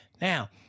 Now